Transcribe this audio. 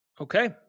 Okay